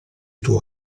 tuo